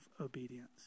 obedience